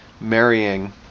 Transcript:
marrying